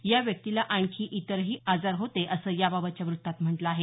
या व्यक्तीला आणखी इतरही आजार होते असं याबाबतच्या व्रत्तात म्हटलं आहे